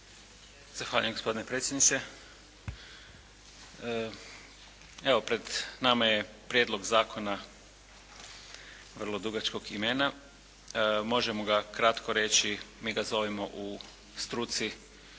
Zahvaljujem gospodine predsjedniče. Evo pred nama je Prijedlog zakona vrlo dugačkog imena. Možemo ga kratko reći, mi ga zovemo u struci